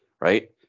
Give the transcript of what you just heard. right